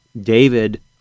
David